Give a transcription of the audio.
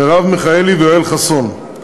מרב מיכאלי ויואל חסון,